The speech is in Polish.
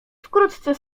wkrótce